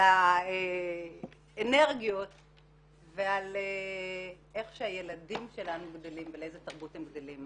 על האנרגיות ועל איך שהילדים שלנו גדלים ולאיזו תרבות הם גדלים.